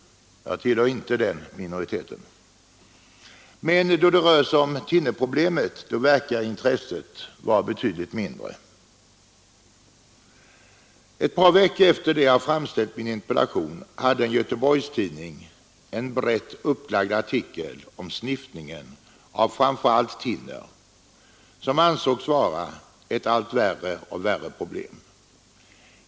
Jag tillhör inte den minoriteten. Men då det rör sig om thinnerproblemet verkar intresset vara betydligt mindre. Ett par veckor efter det att jag hade framställt min interpellation hade en Göteborgstidning en brett upplagd artikel om sniffning av framför allt thinner, som ansågs bli ett allt värre problem.